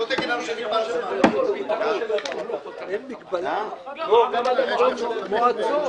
אני מציע שזה יהיה קריטריון של מועצות